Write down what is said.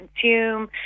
consume